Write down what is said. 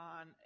on